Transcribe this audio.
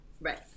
Right